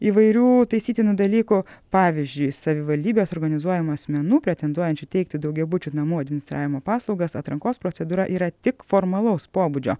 įvairių taisytinų dalykų pavyzdžiui savivaldybės organizuojama asmenų pretenduojančių teikti daugiabučių namų administravimo paslaugas atrankos procedūra yra tik formalaus pobūdžio